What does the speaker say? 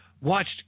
watched